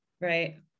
Right